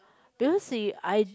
because we I